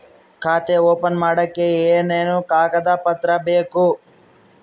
ಖಾತೆ ಓಪನ್ ಮಾಡಕ್ಕೆ ಏನೇನು ಕಾಗದ ಪತ್ರ ಬೇಕು?